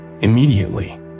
Immediately